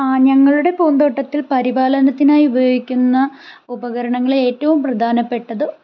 ആ ഞങ്ങളുടെ പൂന്തോട്ടത്തിൽ പരിപാലനത്തിനായി ഉപയോഗിക്കുന്ന ഉപകരണങ്ങളിൽ ഏറ്റവും പ്രധാനപ്പെട്ടത്